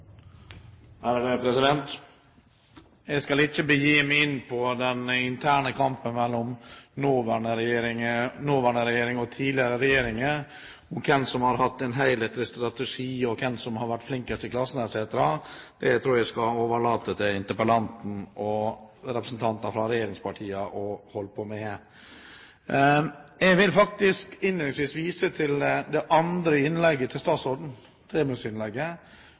satse på? Jeg skal ikke begi meg inn på den interne kampen mellom nåværende regjering og tidligere regjeringer om hvem som har hatt en helhetlig strategi, hvem som har vært flinkest i klassen, etc. Det tror jeg at jeg skal overlate til interpellanten og representanter for regjeringspartiene å holde på med. Jeg vil innledningsvis vise til det andre innlegget til statsråden,